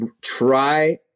try